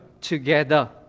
together